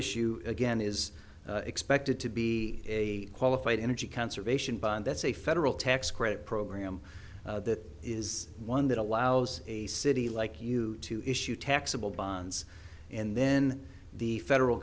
issue again is expected to be a qualified energy conservation bond that's a federal tax credit program that is one that allows a city like you to issue taxable bonds and then the federal